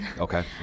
Okay